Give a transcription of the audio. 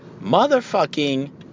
motherfucking